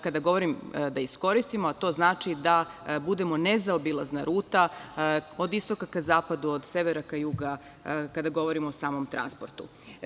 Kada govorim da iskoristimo, to znači da budemo nezaobilazna ruta od istoka ka zapadu, od severa ka jugu kada govorimo o samom transportu.